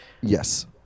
Yes